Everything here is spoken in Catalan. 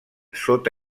sota